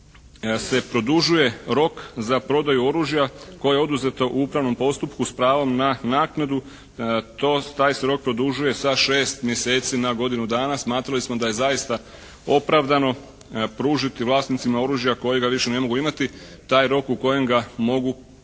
se produžuje rok za prodaju oružja koje je oduzeto u upravnom postupku s pravom na naknadu. Taj se rok produžuje sa 6 mjeseci na godinu dana. Smatrali smo da je zaista opravdano pružiti vlasnicima oružja kojega više ne mogu imati taj rok u kojem ga mogu prodati